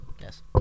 Yes